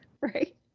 Right